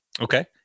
Okay